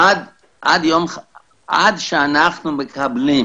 עד שאנחנו מקבלים